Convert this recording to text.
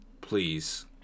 please